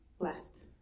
blessed